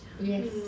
Yes